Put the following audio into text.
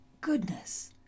goodness